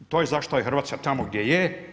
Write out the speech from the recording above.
To je zašto je Hrvatska tamo gdje je.